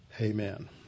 Amen